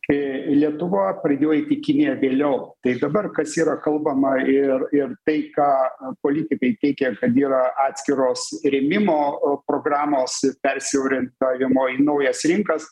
kai lietuva pradėjo eit į kiniją vėliau tai dabar kas yra kalbama ir ir tai ką politikai teigia kad yra atskiros rėmimo programos persiorientavimo į naujas rinkas